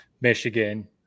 Michigan